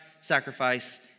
sacrifice